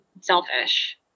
selfish